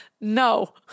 No